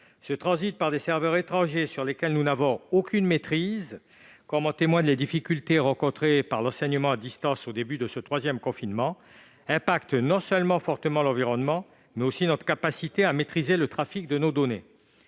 Ce transit par des serveurs étrangers sur lesquels nous n'avons aucune maîtrise, comme en témoignent les difficultés rencontrées par l'enseignement à distance au début de ce troisième confinement, a un impact fort non seulement sur l'environnement, mais aussi sur notre capacité à maîtriser le trafic de nos données.